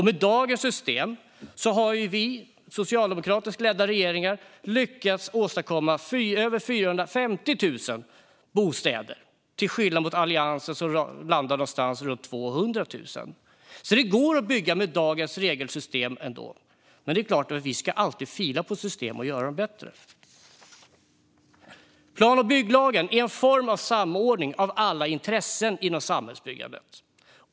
Med dagens system har socialdemokratiskt ledda regeringar lyckats åstadkomma över 450 000 bostäder, till skillnad från Alliansen som landar runt 200 000. Det går ändå att bygga med dagens regelsystem, men det är klart att vi alltid ska fila på systemen och göra dem bättre. Plan och bygglagen är en form av samordning av alla intressen inom samhällsbyggandet.